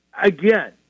again